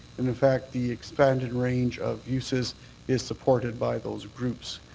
in in fact, the expanded range of uses is supported by those groups.